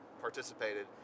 participated